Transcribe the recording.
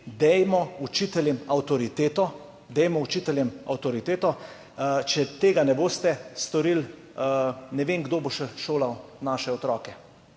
dajmo učiteljem avtoriteto. Če tega ne boste storili, ne vem, kdo bo še šolal naše otroke.